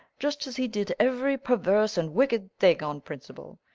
just as he did every perverse and wicked thing on principle.